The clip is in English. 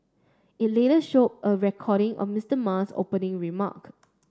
it later show a recording of Mr Ma's opening remark